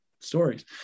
stories